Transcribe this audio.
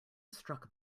struck